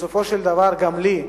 בסופו של דבר גם לי,